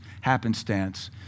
happenstance